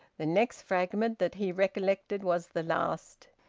the next fragment that he recollected was the last.